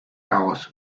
alice